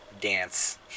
dance